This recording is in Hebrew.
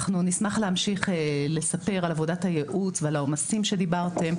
אנחנו נשמח להמשיך לספר על עבודת הייעוץ ועל העומסים שדיברתם,